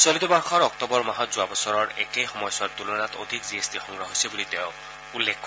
চলিত বৰ্ষৰ অক্টোবৰ মাহত যোৱা বছৰৰ একে সময়ছোৱাৰ তুলনাত অধিক জি এছ টি সংগ্ৰহ হৈছে বুলি তেওঁ উল্লেখ কৰে